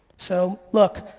so, look,